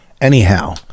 Anyhow